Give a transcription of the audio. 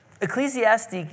Ecclesiastes